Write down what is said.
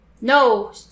no